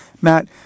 Matt